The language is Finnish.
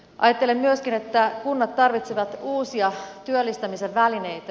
ajattelen myöskin että kunnat tarvitsevat uusia työllistämisen välineitä